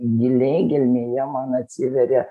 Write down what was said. giliai gelmėje man atsiveria